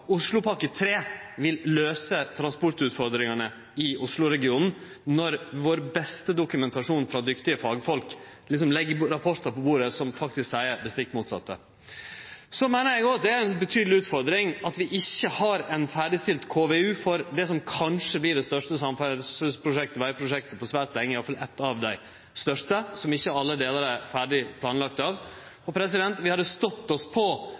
Oslopakke 3 vil løyse transportutfordringane i Oslo-regionen, når vår beste dokumentasjon frå dyktige fagfolk legg rapportar på bordet som faktisk seier det stikk motsette. Så meiner eg òg – og det er ei betydeleg utfordring – at vi ikkje har ei ferdigstilt KVU for det som kanskje vert det største samferdsleprosjektet, vegprosjektet, på svært lenge – i alle fall eitt av dei største, sjølv om ikkje alle delar er ferdige planlagde – og vi hadde stått oss på